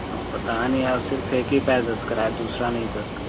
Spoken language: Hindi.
और पता नहीं यार सिर्फ़ एक ही पैर दर्द कर रहा है दूसरा नहीं कर रहा है